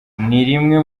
rimwe